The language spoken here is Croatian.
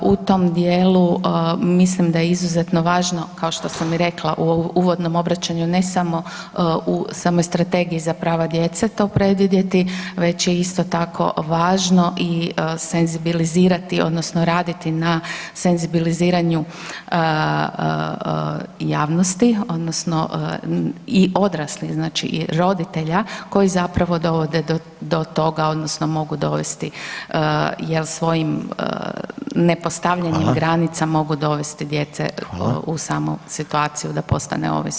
U tom dijelu mislim da je izuzetno važno kao što sam i rekla u uvodnom obraćanju ne samo u samoj Strategiji za prava djece to predvidjeti već je isto tako važno i senzibilizirati odnosno raditi na senzibiliziranju javnosti odnosno i odraslih znači roditelja koji zapravo dovode do toga odnosno mogu dovesti svojim ne postavljanjem granica mogu dovesti dijete u samu situaciju da postane ovisno.